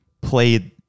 played